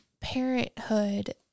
parenthood